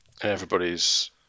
everybody's